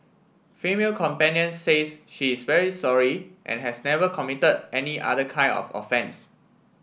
female companion says she is very sorry and has never committed any other kind of offence